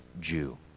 Jew